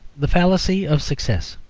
the fallacy of success